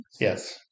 Yes